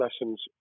lessons